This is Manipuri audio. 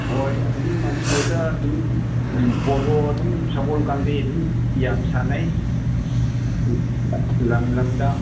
ꯍꯣꯏ ꯑꯗꯨꯝ ꯃꯅꯤꯄꯨꯔꯗ ꯑꯗꯨꯝ ꯄꯣꯂꯣ ꯑꯗꯨꯝ ꯁꯒꯣꯜ ꯀꯥꯡꯖꯩ ꯑꯗꯨꯝ ꯌꯥꯝ ꯁꯥꯟꯅꯩ ꯂꯝ ꯂꯝꯗ